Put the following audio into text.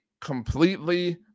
completely